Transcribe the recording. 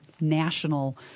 national